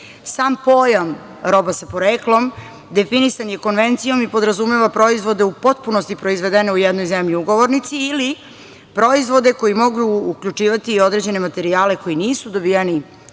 pojam – roba sa poreklom – definisan je Konvencijom i podrazumeva proizvode u potpunosti proizvedene u jednoj zemlji ugovornici ili proizvode koji mogu uključivati i određene materijale koji nisu dobijeni